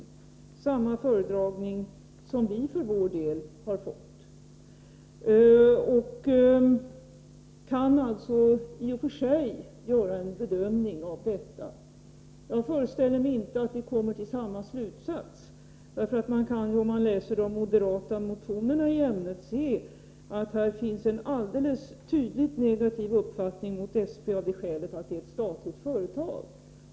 Det är samma föredragning som vi för vår del har fått, och näringsutskottet kan alltså i och för sig göra en bedömning av detta. Jag föreställer mig inte att vi kommer till samma slutsats, för man kan om man läser de moderata motionerna se att här finns en alldeles tydligt negativ uppfattning om SP av det skälet att det är ett statligt företag.